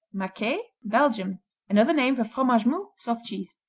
maquee belgium another name for fromage mou, soft cheese.